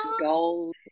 gold